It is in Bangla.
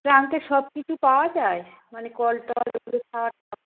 ট্রাঙ্কের সব কিছু পাওয়া যায় মানে কল টল শাওয়ার টাওয়ার